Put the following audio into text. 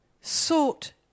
sought